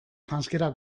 janzkera